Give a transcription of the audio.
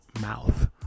mouth